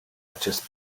acest